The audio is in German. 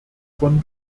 von